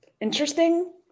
interesting